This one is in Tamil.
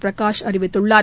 பிரகாஷ் அறிவித்துள்ளார்